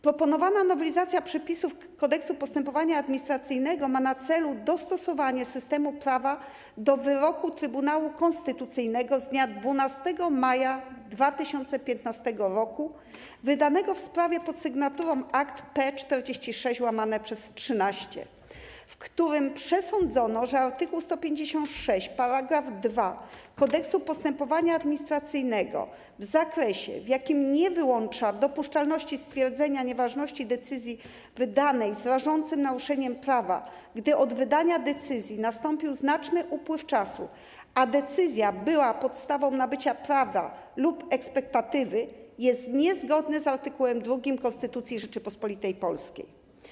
Proponowana nowelizacja przepisów Kodeksu postępowania administracyjnego ma na celu dostosowanie systemu prawa do wyroku Trybunału Konstytucyjnego z dnia 12 maja 2015 r. wydanego w sprawie pod sygnaturą akt P46/13, w którym przesądzono, że art. 156 §2 Kodeksu postępowania administracyjnego w zakresie, w jakim nie wyłącza dopuszczalności stwierdzenia nieważności decyzji wydanej z rażącym naruszeniem prawa, gdy od wydania decyzji nastąpił znaczny upływ czasu, a decyzja była podstawą nabycia prawa lub ekspektatywy, jest niezgodny z art. 2 Konstytucji Rzeczypospolitej Polskiej.